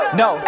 no